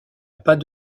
pas